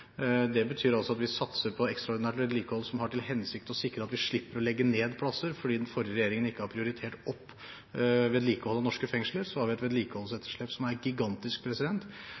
Det betyr at vi satser på ekstraordinært vedlikehold der vi har til hensikt å sikre at vi slipper å legge ned plasser. Fordi den forrige regjeringen ikke prioriterte opp vedlikehold av norske fengsler, har vi et vedlikeholdsetterslep som er gigantisk.